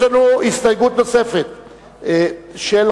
תודה.